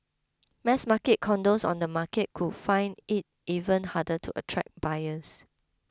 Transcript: mass market condos on the market could find it even harder to attract buyers